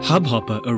Hubhopper